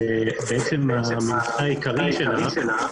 שהציגה את התועלות גם למעסיק,